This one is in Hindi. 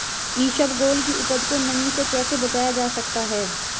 इसबगोल की उपज को नमी से कैसे बचाया जा सकता है?